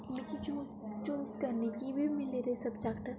मिगी चूज करने चूज करने गी बी मिले दे सब्जैक्ट